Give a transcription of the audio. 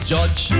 Judge